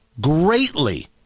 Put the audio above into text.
Greatly